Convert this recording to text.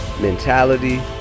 mentality